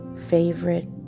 favorite